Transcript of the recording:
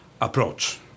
approach